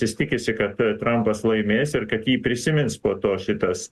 jis tikisi kad trampas laimės ir kad jį prisimins po to šitas